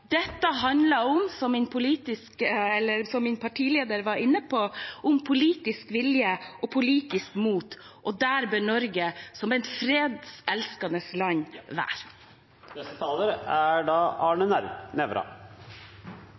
Dette handler om – som min partileder var inne på – politisk vilje og politisk mot. Der bør Norge, som et fredselskende land, være.